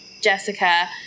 Jessica